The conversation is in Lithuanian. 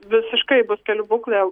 visiškai bus kelių būklė